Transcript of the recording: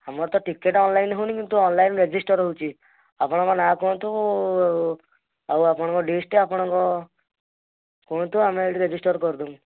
ଆମର ତ ticket online ହଉନି କିନ୍ତୁ ଅନଲାଇନ୍ ରେଜିଷ୍ଟର ହେଉଛି ଆପଣଙ୍କ ନାଁ କୁହନ୍ତୁ ଆଉ ଆପଣଙ୍କ ଆପଣଙ୍କ କୁହନ୍ତୁ ଆମେ ଏଇଠି ରେଜିଷ୍ଟର କରିଦବୁ